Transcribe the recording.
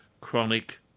chronic